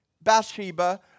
Bathsheba